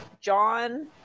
John